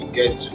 get